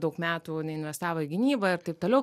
daug metų jinai investavo į gynybą ir taip toliau